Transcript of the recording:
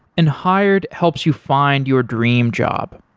and hired helps you find your dream job.